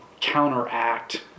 counteract